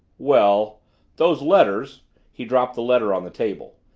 well those letters he dropped the letter on the table.